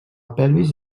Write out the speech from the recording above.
pelvis